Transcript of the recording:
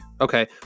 Okay